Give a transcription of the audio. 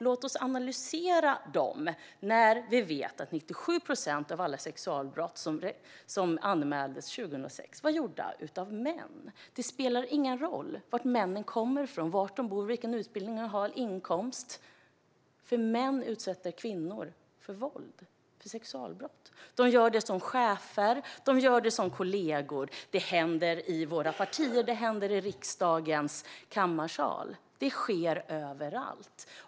Låt oss analysera dem, trots att vi vet att 97 procent av alla sexualbrott som anmäldes 2016 begicks av män. Det spelar ingen roll varifrån männen kommer, var de bor eller vilken utbildning och inkomst de har, för män utsätter kvinnor för våld och sexualbrott. De gör det som chefer och kollegor. Det händer i våra partier. Det händer i riksdagens kammare. Det sker överallt.